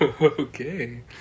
Okay